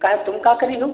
कहे तुम का करिहो